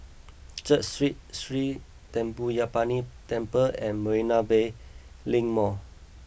Church Street Sri Thendayuthapani Temple and Marina Bay Link Mall